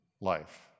life